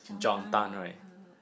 John-Tan ah uh